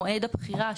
מועד הבחירה,